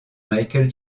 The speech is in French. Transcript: michael